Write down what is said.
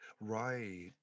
right